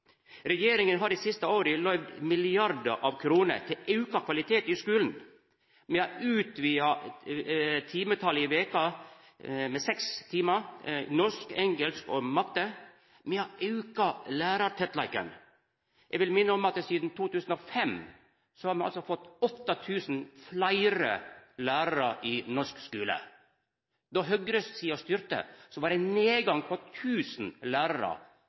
Regjeringa har dei siste åra løyvd milliardar av kroner til auka kvalitet i skulen. Me har utvida timetalet i veka med 6 timar i norsk, engelsk og matte. Me har auka lærartettleiken. Eg vil minna om at sidan 2005 har me altså fått 8 000 fleire lærarar i norsk skule. Då høgresida styrte, var det ein nedgang på 1 000 lærarar